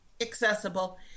accessible